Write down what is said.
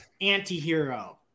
anti-hero